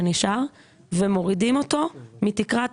אני לא יודע מה את יודעת אבל אני לא יכול לחשוב כל כך הרבה